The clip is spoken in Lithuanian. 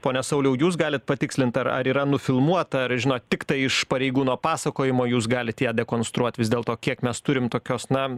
pone sauliau jūs galit patikslint ar ar yra nufilmuota žino tiktai iš pareigūno pasakojimo jūs galit dekonstruot vis dėlto kiek mes turim tokios na